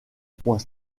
point